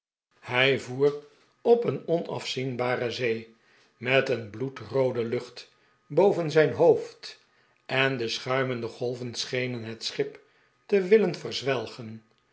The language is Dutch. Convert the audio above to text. hij voer op een onafzienbare zee met een bloedroode lucht boven zijn hoofd en de schuimende golven sehenen het schip te willen